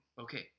Okay